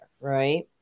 Right